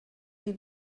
die